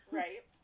right